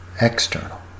external